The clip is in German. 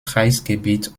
kreisgebiet